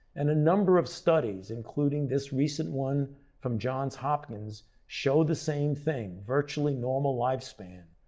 and a number of studies, including this recent one from johns hopkins show the same thing, virtually normal lifespan.